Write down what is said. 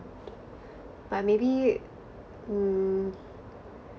but maybe mm